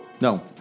No